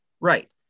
Right